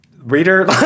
reader